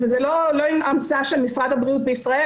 וזה לא המצאה של משרד הבריאות בישראל,